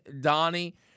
Donnie